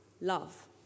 love